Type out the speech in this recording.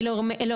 --- כל